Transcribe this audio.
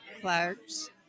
Clark's